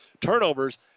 Turnovers